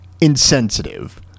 insensitive